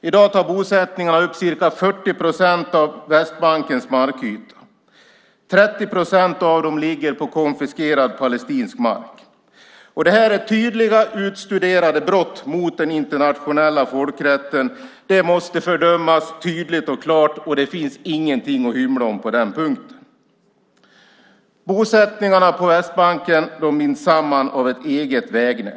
I dag tar bosättningarna upp ca 40 procent av Västbankens markyta. 30 procent av dem ligger på konfiskerad palestinsk mark. Det här är tydliga utstuderade brott mot den internationella folkrätten. De måste fördömas tydligt och klart; det finns ingenting att hymla om på den punkten. Bosättningarna på Västbanken binds samman av ett eget vägnät.